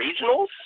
regionals